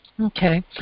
okay